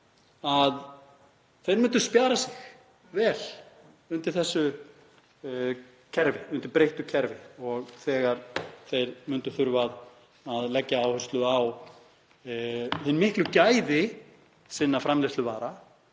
að þeir myndu spjara sig vel undir þessu kerfi, undir breyttu kerfi og þegar þeir myndu þurfa að leggja áherslu á hin miklu gæði sinna framleiðsluvara.